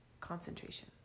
concentration